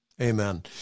Amen